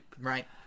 Right